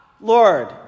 Lord